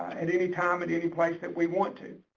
at any time, at any place that we want to.